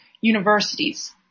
universities